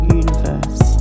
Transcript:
universe